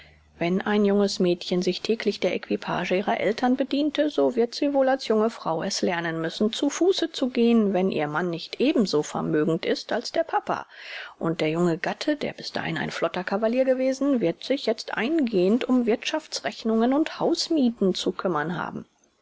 wenn ein junges mädchen sich täglich der equipage ihrer eltern bediente so wird sie wohl als junge frau es lernen müssen zu fuße zu gehen wenn ihr mann nicht ebenso vermögend ist als der papa und der junge gatte der bis dahin ein flotter cavalier gewesen wird sich jetzt eingehend um wirthschaftsrechnungen und hausmiethen zu kümmern haben